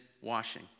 washing